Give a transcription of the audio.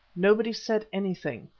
nobody said anything,